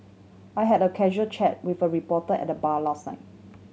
I had a casual chat with a reporter at the bar last night